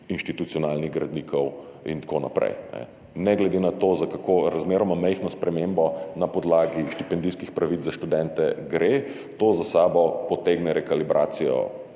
institucionalnih gradnikov in tako naprej. Ne glede na to, za kako razmeroma majhno spremembo na podlagi štipendijskih pravic za študente gre, to za sabo potegne kalibracijo